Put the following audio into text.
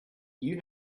you